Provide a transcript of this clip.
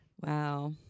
Wow